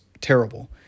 terrible